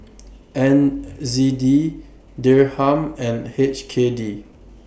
N Z D Dirham and H K D